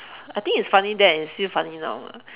I think it's funny then and still funny now ah